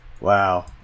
Wow